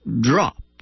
drop